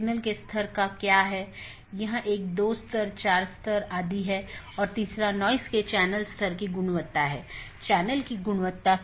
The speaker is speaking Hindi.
अब एक नया अपडेट है तो इसे एक नया रास्ता खोजना होगा और इसे दूसरों को विज्ञापित करना होगा